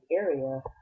area